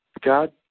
God